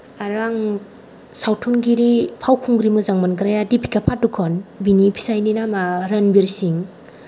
आरो आं सावथुनगिरि फावखुंग्रि मोजां मोनग्राया दिपिका पादुकन बिनि फिसायनि नामा रनबिर सिंह